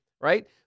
Right